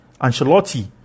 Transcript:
Ancelotti